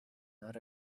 not